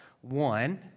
One